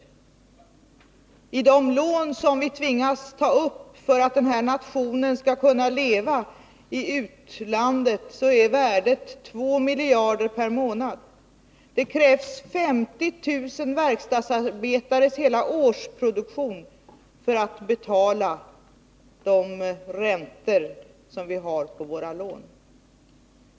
Värdet av de nya lån som vi tvingas ta upp i utlandet för att den här nationen skall kunna leva är 2 miljarder kronor per månad. Det krävs 50 000 verkstadsarbetares hela årsproduktion för att betala räntorna på våra lån.